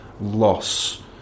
loss